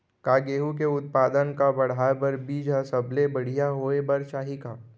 का गेहूँ के उत्पादन का बढ़ाये बर बीज ह सबले बढ़िया होय बर चाही का?